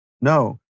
No